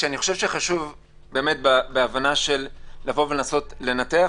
חושב שחשוב באמת בהבנה לנסות ולנתח,